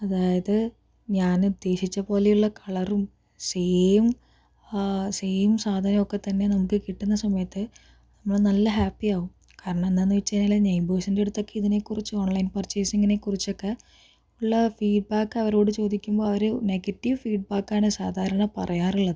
അതായത് ഞാനുദ്ദേശിച്ച പോലെയുള്ള കളറും സെയിം സെയിം സാധനമൊക്കെത്തന്നെ നമുക്ക് കിട്ടുന്ന സമയത്ത് നമ്മൾ നല്ല ഹാപ്പി ആവും കാരണം എന്താന്ന് വെച്ച് കഴിഞ്ഞാല് നൈബേഴ്സിൻ്റടുത്തതൊക്കെ ഇതിനെക്കുറിച്ച് ഓൺലൈൻ പർച്ചേസിങിനെ കുറിച്ചൊക്കെ ഉള്ള ഫീഡ്ബാക്ക് അവരോട് ചോദിക്കുമ്പോൾ അവര് നെഗറ്റീവ് ഫീഡ്ബാക്കാണ് സാധാരണ പറയാറുള്ളത്